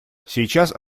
сейчас